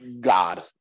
god